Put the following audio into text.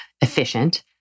efficient